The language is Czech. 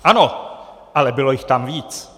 Ano, ale bylo jich tam víc.